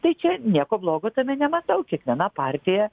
tai čia nieko blogo tame nematau kiekviena partija